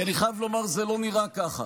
כי אני חייב לומר, זה לא נראה ככה.